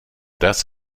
das